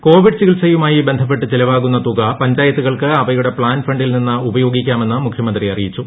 plan fund Covid ചികിത്സയുമായി ബന്ധപ്പെട്ട് ച്ചെലവാകുന്ന തുക പഞ്ചായ ത്തുകൾക്ക് അവയുടെ പ്താൻ ഫണ്ടിൽ നിന്ന് ഉപയോഗിക്കാമെന്ന് മുഖ്യമന്ത്രി അറിയിച്ചു